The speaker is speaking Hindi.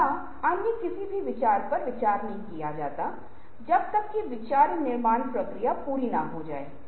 एक वर्ग या समूह के लोगों में कुछ लोग बहुत शर्मीले हो सकते हैं और यह शर्मीले लोग अपने विचारों के साथ नहीं आएंगे